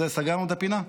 סגרנו את הפינה?